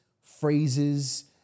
phrases